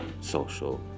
social